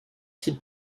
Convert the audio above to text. qui